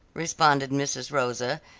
responded mrs. rosa,